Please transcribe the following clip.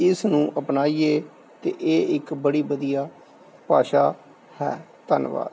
ਇਸ ਨੂੰ ਅਪਣਾਈਏ ਤੇ ਇਹ ਇੱਕ ਬੜੀ ਵਧੀਆ ਭਾਸ਼ਾ ਹੈ ਧੰਨਵਾਦ